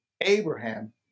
Abraham